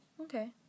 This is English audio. Okay